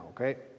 okay